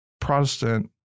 Protestant